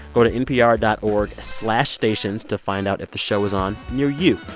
go to npr dot org slash stations to find out if the show is on near you.